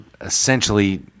essentially